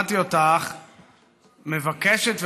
בבקשה,